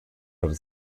hatte